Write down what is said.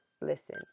Listen